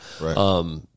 Right